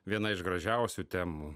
viena iš gražiausių temų